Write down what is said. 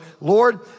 Lord